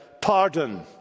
pardon